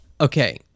Okay